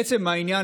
לעצם העניין,